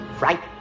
right